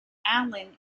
allen